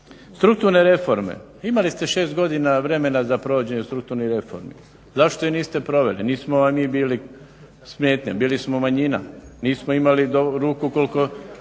Strukturne reforme, imali ste 6 godina vremena za provođenje strukturnih reformi. Zašto ih niste proveli, nismo vam mi bili smetnja, bili smo manjina, nismo imali ruku.